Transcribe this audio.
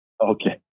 Okay